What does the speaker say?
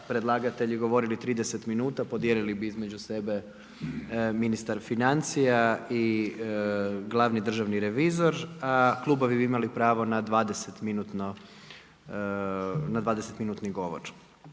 predlagatelji govorili 30 minuta, podijelili bi između sebe ministar financija i glavni državni revizor, a klubovi bi imali pravo na 20 minutni govor.